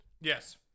Yes